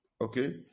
Okay